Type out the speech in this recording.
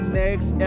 next